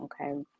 okay